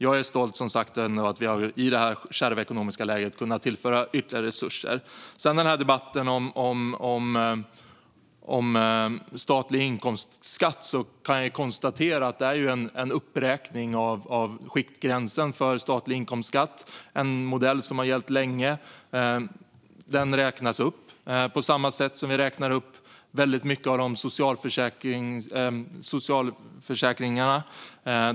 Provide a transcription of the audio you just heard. Jag är som sagt ändå stolt över att vi i detta kärva ekonomiska läge har kunnat tillföra ytterligare resurser. När det gäller debatten om statlig inkomstskatt kan jag konstatera att det handlar om en uppräkning av skiktgränsen för statlig inkomstskatt, en modell som har gällt länge. Den räknas upp på samma sätt som vi räknar upp väldigt mycket av socialförsäkringarna.